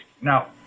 Now